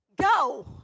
go